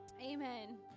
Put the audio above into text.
Amen